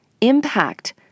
impact